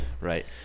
Right